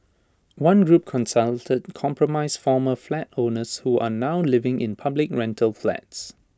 one group consulted comprised former flat owners who are now living in public rental flats